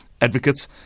Advocates